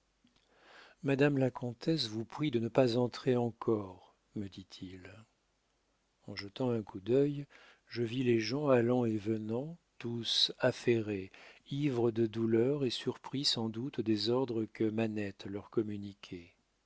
madame la comtesse vous prie de ne pas entrer encore me dit-il en jetant un coup d'œil je vis les gens allant et venant tous affairés ivres de douleur et surpris sans doute des ordres que manette leur communiquait